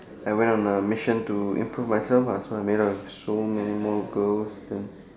I went on a mission to improve myself lah so I made out with so many more girls then